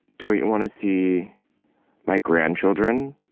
don't you want to see my grandchildren?